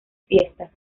fiestas